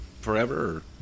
forever